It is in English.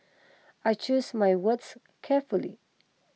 I choose my words carefully